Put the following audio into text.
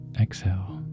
Exhale